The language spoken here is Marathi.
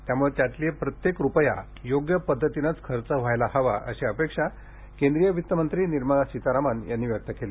त्यामुळे त्यातील प्रत्येक रूपया योग्य पद्धतीनेच खर्च व्हायला हवा अशी भूमिका केंद्रीय अर्थमंत्री निर्मला सितारमन यांनी मांडली